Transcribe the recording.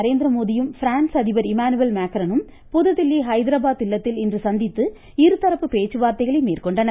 நரேந்திரமோடியும் பிரான்ஸ அதிபர் இமானுவேல் மேக்ரனும் புதுதில்லி ஹைதராபாத் இல்லத்தில் இன்று சந்தித்து இருதரப்பு பேச்சுவார்த்தைகளை மேற்கொண்டனர்